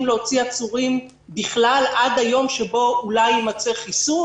להוציא עצורים בכלל עד היום שבו אולי יימצא חיסון.